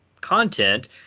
content